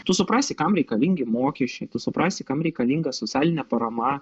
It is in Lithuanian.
tu suprasi kam reikalingi mokesčiai tu suprasi kam reikalinga socialinė parama